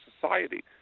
society